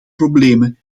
problemen